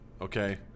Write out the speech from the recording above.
okay